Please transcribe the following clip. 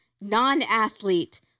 non-athlete